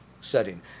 setting